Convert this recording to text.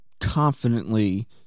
confidently